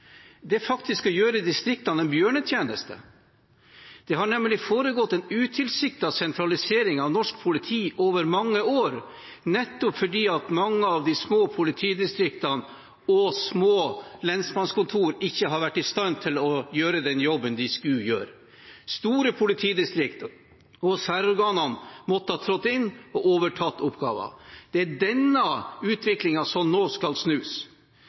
Det er faktisk å gjøre distriktene en bjørnetjeneste. Det har nemlig foregått en utilsiktet sentralisering av norsk politi over mange år, nettopp fordi mange av de små politidistriktene og små lensmannskontorene ikke har vært i stand til å gjøre den jobben de skulle gjøre. Store politidistrikter og særorganene har måttet trå inn og overta oppgaver. Det er denne utviklingen som nå skal snus.